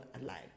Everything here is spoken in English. alive